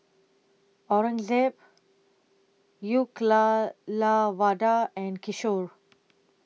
Aurangzeb Uyyalawada and Kishore